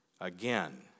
again